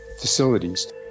facilities